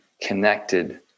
connected